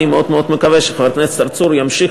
אני מאוד מאוד מקווה שחבר הכנסת צרצור ימשיך